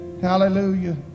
Hallelujah